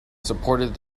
supported